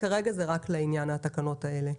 כרגע זה רק לעניין התקנות האלה.